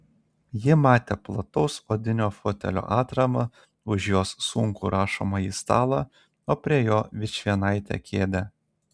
ji matė plataus odinio fotelio atramą už jos sunkų rašomąjį stalą o prie jo vičvienaitę kėdę